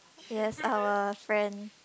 yes our friend